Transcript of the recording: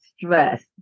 stress